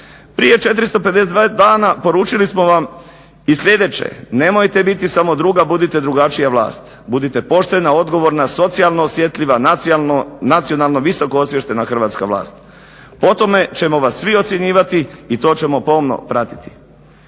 Prije 452 dana poručili smo vam i slijedeće: "Nemojte biti samo druga, budite drugačija vlast. Budite poštena, odgovorna, socijalno osjetljiva, nacionalno visoko osviještena hrvatska vlast." O tome ćemo vas svi ocjenjivati i to ćemo pomno pratiti.